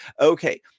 Okay